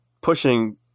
pushing